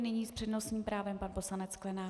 Nyní s přednostním právem pan poslanec Sklenák.